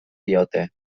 diote